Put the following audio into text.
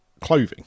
clothing